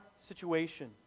situation